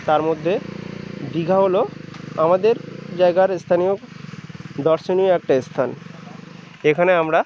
তার মধ্যে দীঘা হলো আমাদের জায়গার স্থানীয় দর্শনীয় একটা স্থান এখানে আমরা